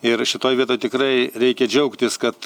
ir šitoj vietoj tikrai reikia džiaugtis kad